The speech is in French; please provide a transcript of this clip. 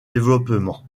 développement